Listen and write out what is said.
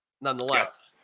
nonetheless